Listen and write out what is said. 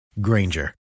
Granger